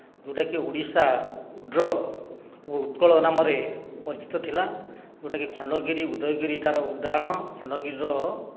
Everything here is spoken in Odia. ଯେଉଁଟା କି ଓଡ଼ିଶା ଉଡ୍ର ଏବଂ ଉତ୍କଳ ନାମରେ ପରିଚିତ ଥିଲା ଯେଉଁଟା କି ଖଣ୍ଡଗିରି ଉଦୟଗିରି ତାର ଉଦାହରଣ ଖଣ୍ଡଗିରିର